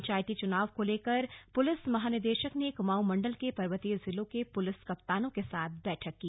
पंचायती चुनावों को लेकर पुलिस महानिदेशक ने कुमाऊं मंडल के पर्वतीय जिलों के पुलिस कप्तानों के साथ बैठक की